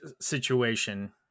situation